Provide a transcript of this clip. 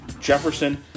Jefferson